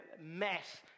mess